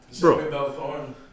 Bro